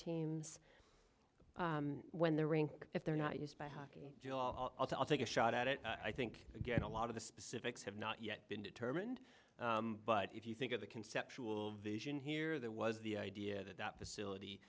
teams when the rink if they're not used by hockey i'll take a shot at it i think again a lot of the specifics have not yet been determined but if you think of the conceptual vision here that was the idea that that facility